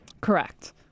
Correct